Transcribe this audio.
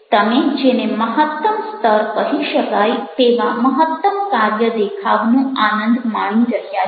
તમે જેને મહત્તમ સ્તર કહી શકાય તેવા મહત્તમ કાર્ય દેખાવનો આનંદ માણી રહ્યા છો